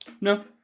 No